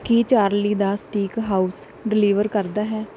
ਕੀ Charlie ਦਾ steak house deliver ਕਰਦਾ ਹੈ